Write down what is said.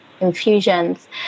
infusions